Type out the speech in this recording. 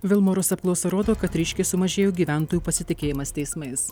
vilmorus apklausa rodo kad ryškiai sumažėjo gyventojų pasitikėjimas teismais